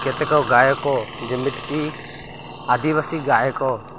କେତେକ ଗାୟକ ଯେମିତିକି ଆଦିବାସୀ ଗାୟକ